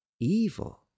evil